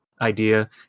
idea